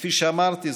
וכפי שאמרתי,